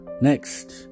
Next